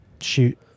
shoot